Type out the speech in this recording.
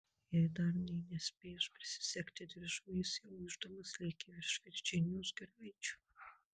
jai dar nė nespėjus prisisegti diržų jis jau ūždamas lėkė virš virdžinijos giraičių